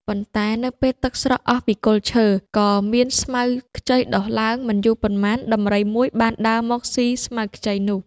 ប៉ុន្តែនៅពេលទឹកស្រកអស់ពីគល់ឈើ ក៏មានស្មៅខ្ចីដុះឡើង។ មិនយូរប៉ុន្មាន ដំរីមួយបានដើរមកស៊ីស្មៅខ្ចីនោះ។